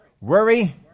Worry